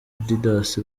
didas